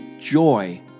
joy